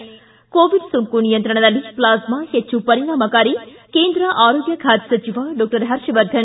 ಿ ಕೋವಿಡ್ ಸೋಂಕು ನಿಯಂತ್ರಣದಲ್ಲಿ ಪ್ಲಾಸ್ಕಾ ಹೆಚ್ಚು ಪರಿಣಾಮಕಾರಿ ಕೇಂದ್ರ ಆರೋಗ್ಯ ಖಾತೆ ಸಚಿವ ಡಾಕ್ಟರ್ ಹರ್ಷವರ್ಧನ್